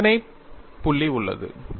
ஒரு சிந்தனைப் பள்ளி உள்ளது